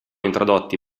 introdotti